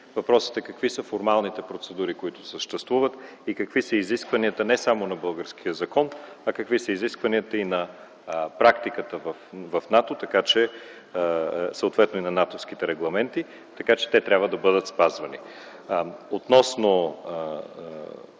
е противник, а какви са формалните процедури, които съществуват, и какви са изискванията не само на българския закон, а какви са изискванията на практиката в НАТО, съответно на натовските регламенти. Така че те трябва да бъдат спазвани. Относно